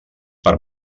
per